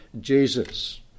Jesus